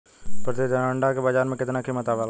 प्रति दर्जन अंडा के बाजार मे कितना कीमत आवेला?